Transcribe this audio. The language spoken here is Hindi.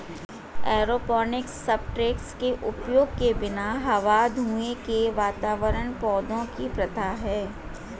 एरोपोनिक्स सब्सट्रेट के उपयोग के बिना हवा धुंध के वातावरण पौधों की प्रथा है